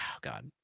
God